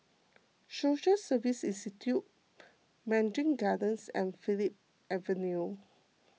Social Service Institute Mandarin Gardens and Phillips Avenue